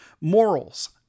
morals